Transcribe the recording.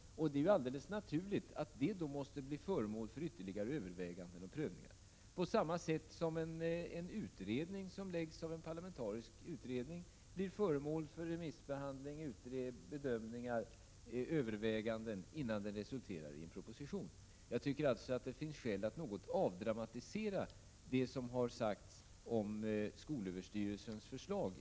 Det är alldeles naturligt att det förslaget måste bli föremål för överväganden och prövningar, på samma sätt som ett förslag som framläggs av en parlamentarisk utredning blir föremål för remissbehandling, bedömningar och överväganden, innan det resulterar i en proposition. Jag tycker därför att det finns skäl att något avdramatisera vad som sagts om detta skolöverstyrelsens förslag.